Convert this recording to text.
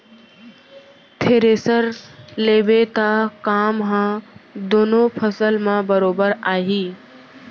thresher लेबे त काम ह दुनों फसल म बरोबर आही